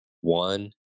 one